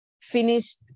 finished